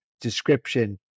description